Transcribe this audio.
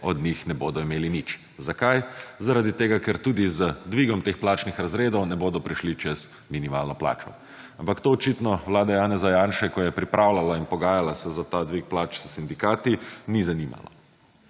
te ljudi ne bodo imeli od njih nič. Zakaj? Zaradi tega, ker tudi z dvigom teh plačnih razredov ne bodo prešli čez minimalno plačo, ampak to očitno vlada Janeza Janše, ko je pripravljala in pogajala se za ta dvig plač s sindikati ni zanimalo